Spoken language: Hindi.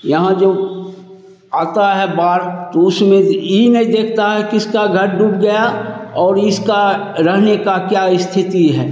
यहाँ जो आती है बाढ़ तो उसमें यह नहीं देखते हैं किसका घर डूब गया और इसकी रहने का क्या स्थिति है